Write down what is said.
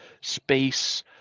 space